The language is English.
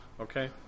Okay